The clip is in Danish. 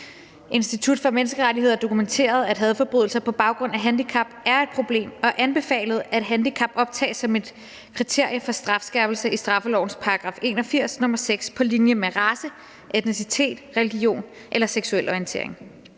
Institut for Menneskerettigheder dokumenterede, at hadforbrydelser på baggrund af handicap er et problem og anbefalede, at handicap optages som et kriterie for strafskærpelse i straffelovens § 81, nr. 6, på linje med race, etnicitet, religion og seksuel orientering.